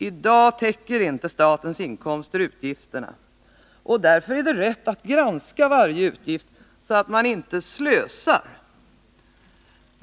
I dag täcker inte statens inkomster utgifterna, och därför är det rätt att granska varje utgift så att man inte slösar.